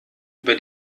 über